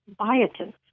biotin